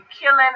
killing